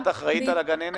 אינה, את אחראית על הגננת?